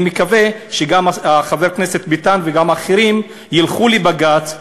אני מקווה שגם חבר הכנסת ביטן וגם האחרים ילכו לבג"ץ,